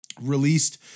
released